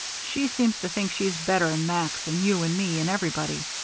she seems to think she's better'n max and you and me, and everybody.